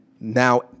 now